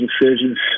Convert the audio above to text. decisions